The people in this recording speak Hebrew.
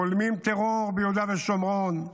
בולמים טרור ביהודה ושומרון,